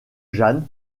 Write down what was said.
jeanne